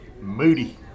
Moody